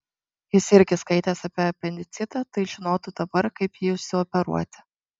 jis irgi skaitęs apie apendicitą tai žinotų dabar kaip jį išsioperuoti